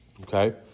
Okay